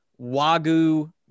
Wagyu